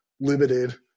limited